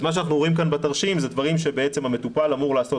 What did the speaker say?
אז מה שאנחנו רואים כאן בתרשים זה דברים שבעצם המטופל אמור לעשות,